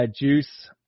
Juice